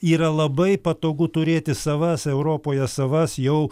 yra labai patogu turėti savas europoje savas jau